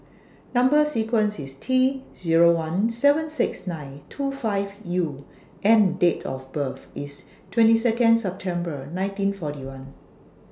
Number sequence IS T Zero one seven six nine two five U and Date of birth IS twenty Second September nineteen forty one